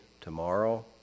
tomorrow